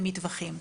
ומטווחים.